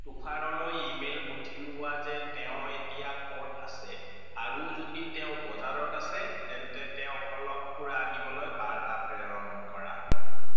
তুষাৰলৈ email পঠিওৱা যে তেওঁ এতিয়া ক'ত আছে আৰু যদি তেওঁ বজাৰত আছে তেন্তে তেওঁক অলপ সুৰা আনিবলৈ বাৰ্তা প্ৰেৰণ কৰা